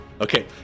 Okay